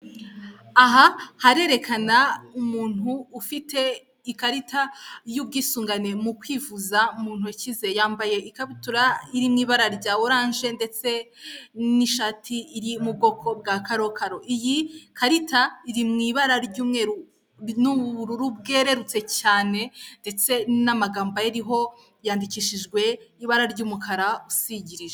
Aha harerekana umuntu ufite ikarita y'ubwisungane mu kwivuza mu ntoki ze. Yambaye ikabutura iri mu ibara rya oranje ndetse n'ishati iri mu bwoko bwa karokaro. Iyi karita iri mu ibara ry'umweru n'ubururu bwererutse cyane, ndetse n'amagambo ayiriho yandikishijwe ibara ry'umukara usigirije.